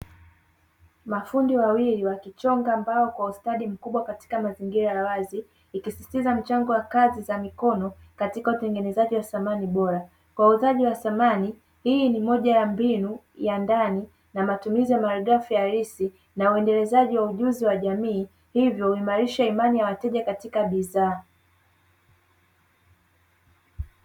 Mafundi wawili wakichonga mbao kwa ustadi mkubwa katika mazingira ya wazi, ikisisitiza mchango wa kazi za mikono katika utengenezaji wa samani bora kwa wauzaji wa samani. Hii ni moja ya mbinu ya ndani na matumizi ya malighafi halisi na uendelezaji wa ujuzi wa jamii hivyo huimarisha imani ya wateja katika bidhaa.